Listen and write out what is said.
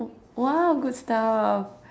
!wow! good stuff